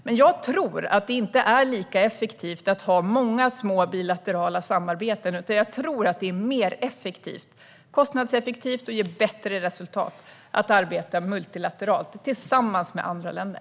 Men jag tror att det inte är lika effektivt att ha många och små bilaterala samarbeten, utan jag tror att det är mer kostnadseffektivt och ger bättre resultat att arbeta multilateralt, tillsammans med andra länder.